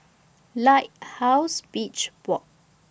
Lighthouse Beach Walk